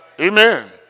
Amen